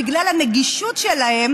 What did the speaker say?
בגלל הנגישות שלהם